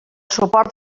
suport